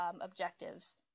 objectives